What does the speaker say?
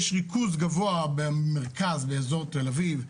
יש ריכוז גבוה במרכז באזור תל אביב,